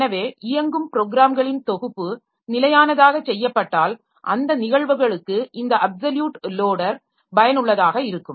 எனவே இயங்கும் ப்ரோக்ராம்களின் தொகுப்பு நிலையானதாக செய்யப்பட்டால் அந்த நிகழ்வுகளுக்கு இந்த அப்சல்யூட் லோடர் பயனுள்ளதாக இருக்கும்